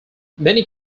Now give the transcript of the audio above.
many